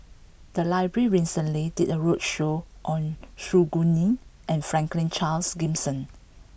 the library recently did a roadshow on Su Guaning and Franklin Charles Gimson